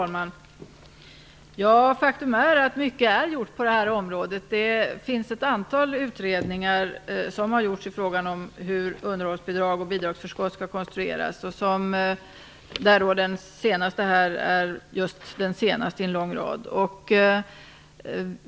Fru talman! Faktum är att mycket redan är gjort på det här området. Ett antal utredningar har gjorts om hur underhållsbidrag och bidragsförskott skall konstrueras. Den jag nämnde är den senaste i en lång rad.